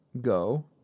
go